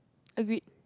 agreed